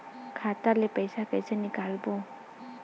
खाता ले पईसा कइसे निकालबो?